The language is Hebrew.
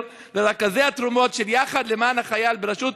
לרכזי התרומות של "יחד למען החייל" בראשות